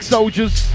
Soldiers